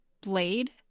blade